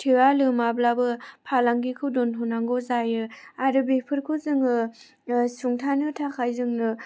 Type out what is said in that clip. थोया लोमाब्लाबो फालांगिखौ दोनथ'नांगौ जायो आरो बेफोरखौ जोङो सुंथानो थाखाय जोङो